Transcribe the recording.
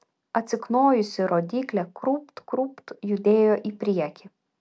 atsiknojusi rodyklė krūpt krūpt judėjo į priekį